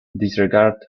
disregard